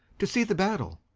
to see the battle.